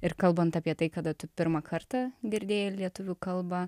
ir kalbant apie tai kada tu pirmą kartą girdėjei lietuvių kalbą